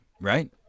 Right